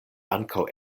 ankaŭ